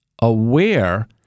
aware